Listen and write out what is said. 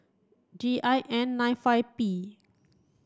G I N nine five P